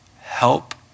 help